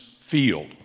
field